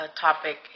topic